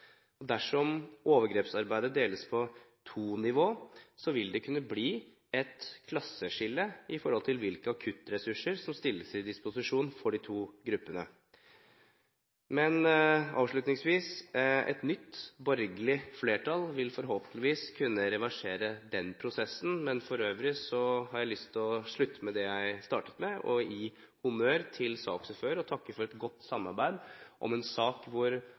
Dersom overgrepsarbeidet deles på to nivåer, vil det kunne bli et klasseskille med hensyn til hvilke akuttressurser som stilles til disposisjon for de to gruppene. Et nytt, borgerlig flertall vil forhåpentligvis kunne reversere den prosessen. For øvrig har jeg lyst til å slutte med det jeg startet med, å gi honnør til saksordføreren og takke for et godt samarbeid om en sak